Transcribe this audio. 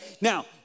Now